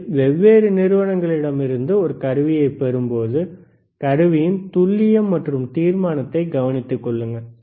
நீங்கள் வெவ்வேறு நிறுவனங்களிலிருந்து ஒரு கருவியைப் பெறும்போது கருவியின் துல்லியம் மற்றும் தீர்மானத்தை கவனத்தில் கொள்ளுங்கள்